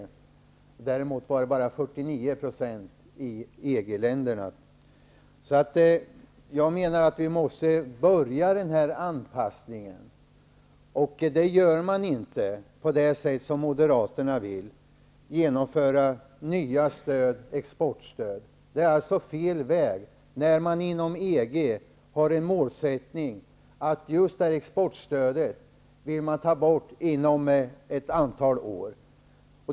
I EG-länderna var det bara 49 %. Vi måste börja anpassningen. Det gör man inte på det sätt som Moderaterna vill, genom att genomföra nya exportstöd. Det är fel väg. Inom EG har man en målsättning att ta bort exportstödet inom ett antal år.